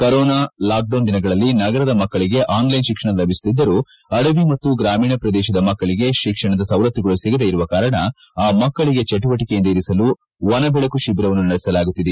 corona lockdown ದಿನಗಳಲ್ಲಿ ನಗರದ ಮಕ್ಕಳಿಗೆ ಆನ್ಲೈನ್ ಶಿಕ್ಷಣ ಲಭಿಸುತ್ತಿದ್ದರೂ ಅಡವಿ ಹಾಗೂ ಗ್ರಾಮೀಣ ಪ್ರದೇಶದ ಮಕ್ಕಳಿಗೆ ಶಿಕ್ಷಣದ ಸವಲತ್ತುಗಳು ಸಿಗದೆ ಇರುವ ಕಾರಣ ಆ ಮಕ್ಕಳಿಗೆ ಚಟುವಟಿಕೆಯಿಂದ ಇರಿಸಲು ವನಬೆಳಕು ಶಿಬಿರವನ್ನು ನಡೆಸಲಾಗುತ್ತಿದೆ